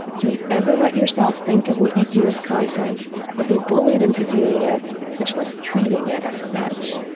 don't ever let yourself think of what you do as content or be bullied into viewing it much less treating it as such.